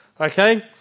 Okay